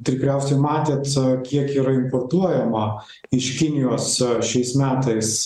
tikriausiai matėt kiek yra importuojama iš kinijos šiais metais